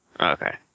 okay